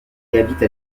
habite